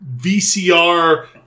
VCR